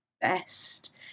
best